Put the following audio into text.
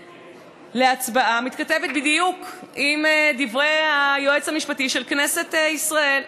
להצבעה מתכתבת בדיוק עם דברי היועץ המשפטי של כנסת ישראל,